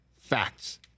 facts